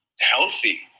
healthy